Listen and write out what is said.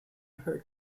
her